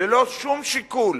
ללא שום שיקול,